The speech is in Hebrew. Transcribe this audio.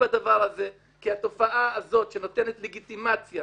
בדבר הזה כי התופעה הזאת שנותנת לגיטימציה